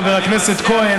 חבר הכנסת כהן,